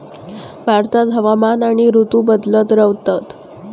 भारतात हवामान आणि ऋतू बदलत रव्हतत